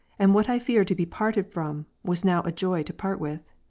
and what i feared to be parted from, was now a joy to part with.